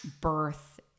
birth